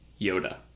yoda